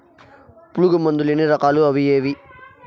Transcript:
పులుగు మందులు ఎన్ని రకాలు అవి ఏవి?